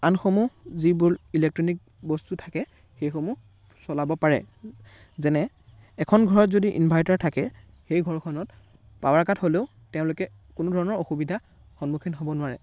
আনসমূহ যিবোৰ ইলেক্ট্ৰনিক বস্তু থাকে সেইসমূহ চলাব পাৰে যেনে এখন ঘৰত যদি ইনভাৰ্টাৰ থাকে সেই ঘৰখনত পাৱাৰ কাট হ'লেও তেওঁলোকে কোনো ধৰণৰ অসুবিধা সন্মুখীন হ'ব নোৱাৰে